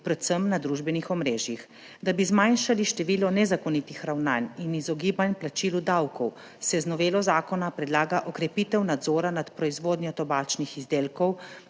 predvsem na družbenih omrežjih. Da bi zmanjšali število nezakonitih ravnanj in izogibanj plačilu davkov, se z novelo zakona predlaga okrepitev nadzora nad proizvodnjo tobačnih izdelkov,